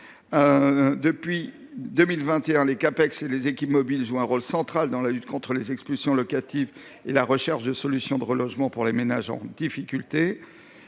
Depuis 2021, les Ccapex et les équipes mobiles jouent un rôle central dans la lutte contre les expulsions locatives et dans la recherche de solutions de relogement pour les ménages en difficulté.